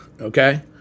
Okay